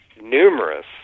numerous